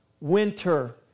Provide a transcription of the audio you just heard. Winter